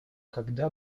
когда